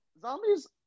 Zombies